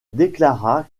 déclara